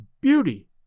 beauty